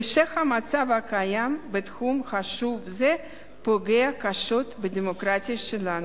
המשך המצב הקיים בתחום חשוב זה פוגע קשות בדמוקרטיה שלנו.